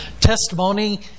testimony